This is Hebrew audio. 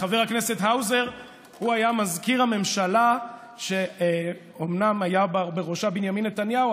חבר הכנסת האוזר היה מזכיר הממשלה שאומנם בראשה היה בנימין נתניהו,